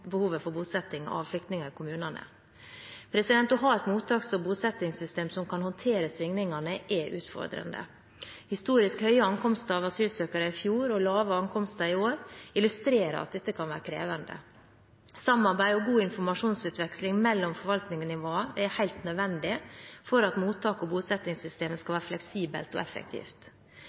kan håndtere svingningene, er utfordrende. Historisk høye ankomster av asylsøkere i fjor og lave ankomster i år illustrerer at dette kan være krevende. Samarbeid og god informasjonsutveksling mellom forvaltningsnivåene er helt nødvendig for at mottaks- og bosettingssystemet skal være fleksibelt og effektivt.